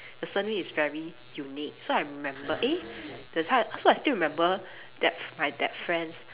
the surname is very unique so I remember eh that time so I still remember that my that friend's